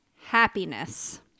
happiness